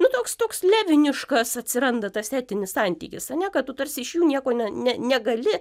nu toks toks leviniškas atsiranda tas etinis santykis ane kad tu tarsi iš jų nieko ne ne negali